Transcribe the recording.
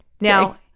Now